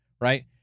right